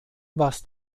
was